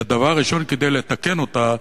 שהדבר הראשון כדי לתקן אותה,